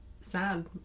sad